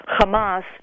Hamas